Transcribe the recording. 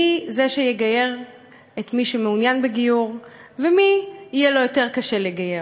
מי זה שיגייר את מי שמעוניין בגיור ומי יהיה לו יותר קשה לגייר.